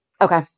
Okay